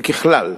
וככלל,